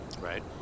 Right